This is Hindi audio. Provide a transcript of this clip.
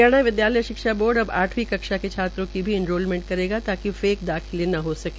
हरियाणा विदयालय शिक्षा बोर्ड अब आठवीं कक्षा के छात्रो की भी एनरोलमेंट करेगा ताकि फेक दाखिले न हो सके